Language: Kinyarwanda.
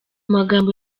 magambo